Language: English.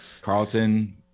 Carlton